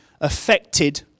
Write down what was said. affected